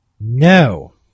No